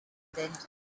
entered